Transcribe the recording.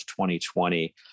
2020